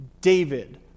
David